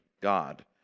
God